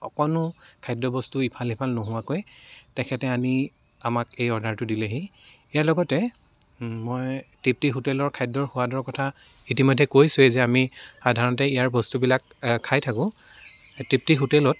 অকণো খাদ্য় বস্তু ইফাল সিফাল নোহোৱাকৈ তেখেতে আনি আমাক এই অৰ্ডাৰটো দিলেহি ইয়াৰ লগতে মই তৃপ্তি হোটেলৰ খাদ্য়ৰ সোৱাদৰ কথা ইতিমধ্য়ে কৈছোঁয়েই যে আমি সাধাৰণতে ইয়াৰ বস্তুবিলাক খাই থাকোঁ তৃপ্তি হোটেলত